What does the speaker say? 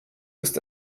ist